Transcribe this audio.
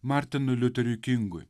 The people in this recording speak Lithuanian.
martinui liuteriui kingui